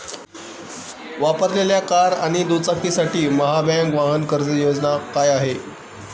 वापरलेल्या कार आणि दुचाकीसाठी महाबँक वाहन कर्ज योजना काय आहे?